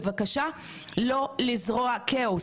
בבקשה לא לזרוע כאוס,